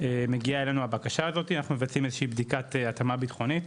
מגיעה אלינו הבקשה הזאת ואנחנו מבצעים איזושהי בדיקת התאמה ביטחונית,